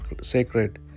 sacred